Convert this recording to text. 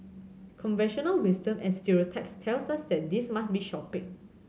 conventional wisdom and stereotypes tell us that this must be shopping